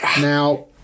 Now